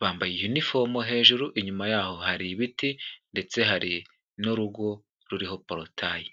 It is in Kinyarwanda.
bambaye yunifomu hejuru. Inyuma yaho hari ibiti ndetse hari n'urugo ruriho porotayi.